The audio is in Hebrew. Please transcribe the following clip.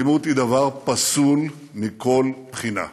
אלימות היא דבר פסול מכל בחינה,